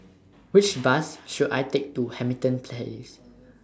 Which Bus should I Take to Hamilton Place